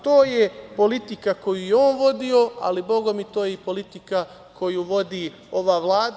To je politika koju je on vodio, ali bogami to je i politika koju vodi ova Vlada.